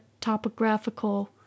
topographical